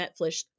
Netflix